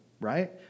Right